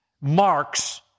marks